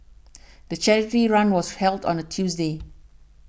the charity run was held on a Tuesday